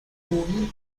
owned